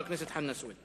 508, 509, 515, 531 ו-532: